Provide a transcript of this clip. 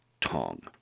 Tong